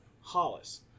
Hollis